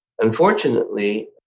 Unfortunately